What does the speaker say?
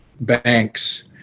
Banks